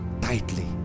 tightly